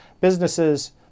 businesses